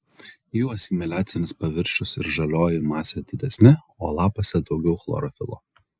jų asimiliacinis paviršius ir žalioji masė didesni o lapuose daugiau chlorofilo